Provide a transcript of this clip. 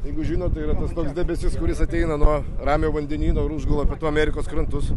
jeigu žinot tai yra tas toks debesis kuris ateina nuo ramiojo vandenyno ir užgula pietų amerikos krantus